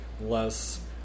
Less